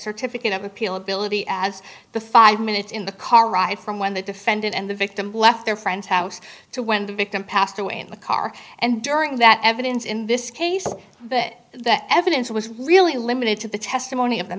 certificate of appeal ability as the five minutes in the car ride from when the defendant and the victim left their friend's house to when the victim passed away in the car and during that evidence in this case but that evidence was really limited to the testimony of the